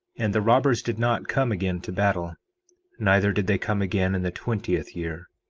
and the robbers did not come again to battle neither did they come again in the twentieth year.